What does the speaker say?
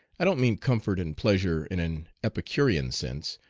i don't mean comfort and pleasure in an epicurean sense,